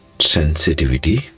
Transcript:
Sensitivity